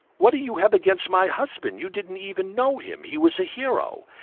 what do you have against my husband? you didn't even know him he was a hero,